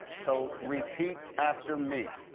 so repeat after me.